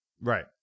Right